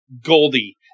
Goldie